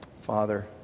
Father